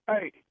hey